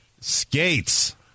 skates